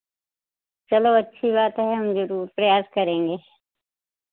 चलो अच्छी बात है हम ज़रूर प्रयास करेंगे